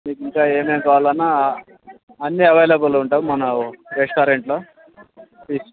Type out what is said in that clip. మీకింకా ఏమేమి కావాలన్నా అన్నీ అవైలబుల్ ఉంటాయి మన రెస్టారెంట్లో చిప్స్